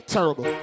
Terrible